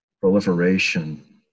proliferation